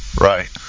Right